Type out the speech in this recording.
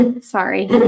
Sorry